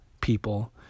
people